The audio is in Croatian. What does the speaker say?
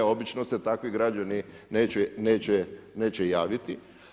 Obično se takvi građani neće javiti.